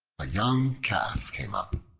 a young calf came up,